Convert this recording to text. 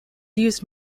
used